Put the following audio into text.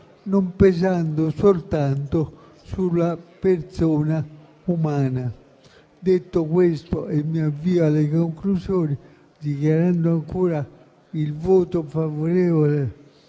non pesando soltanto sulla persona umana. Detto questo, mi avvio alla conclusione del mio intervento dichiarando ancora il voto favorevole